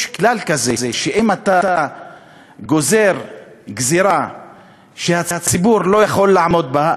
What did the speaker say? יש כלל כזה שאם אתה גוזר גזירה שהציבור לא יכול לעמוד בה,